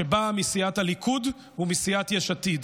שבאה מסיעת הליכוד ומסיעת יש עתיד,